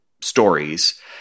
stories